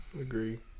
Agree